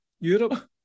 Europe